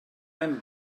hem